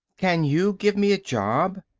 can you give me a job?